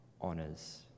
honors